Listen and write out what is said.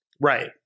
Right